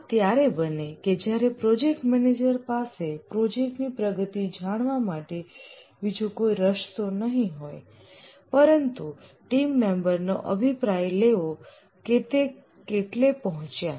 આ ત્યારે બને છે જ્યારે પ્રોજેક્ટ મેનેજર પાસે પ્રોજેક્ટ ની પ્રગતિ જાણવા માટે બીજો કોઇ રસ્તો નહીં પરંતુ ટીમ મેમ્બર નો અભિપ્રાય લેવો કે તેઓ કેટલે પહોંચ્યા